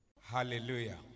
Hallelujah